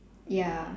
ya